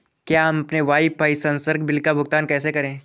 हम अपने वाईफाई संसर्ग बिल का भुगतान कैसे करें?